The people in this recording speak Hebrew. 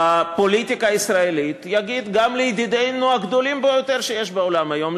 בפוליטיקה הישראלית יגיד גם לידידים הגדולים ביותר שיש לנו בעולם היום,